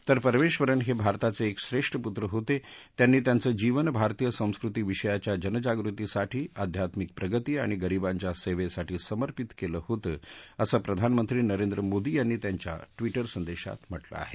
तर परमेबरन हे भारताचे एक श्रेष्ठ पुत्र होते त्यांनी त्याचं जीवन भारतीय संस्कृतीविषयीच्या जनजागृतीसाठी अध्यात्मिक प्रगती आणि गरीबांच्या सेवेसाठी समर्पित केलं होतं असं प्रधानमंत्री नरेंद्र मोदी यांनी त्यांच्या ट्विटर संदेशात म्हटलं आहे